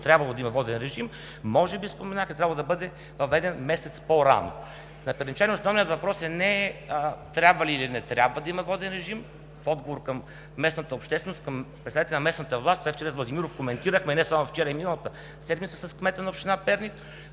Трябвало е да има воден режим. Може би, споменах, е трябвало да бъде въведен месец по-рано. За перничани основният въпрос не е: трябва ли, или не трябва да има воден режим? В отговор към местната общественост, към представители на местната власт – това вчера и с Владимиров коментирахме, и не само вчера, а и миналата седмица с кмета на община Перник,